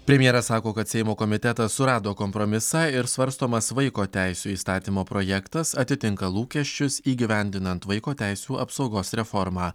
premjeras sako kad seimo komitetas surado kompromisą ir svarstomas vaiko teisių įstatymo projektas atitinka lūkesčius įgyvendinant vaiko teisių apsaugos reformą